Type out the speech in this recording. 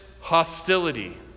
hostility